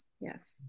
Yes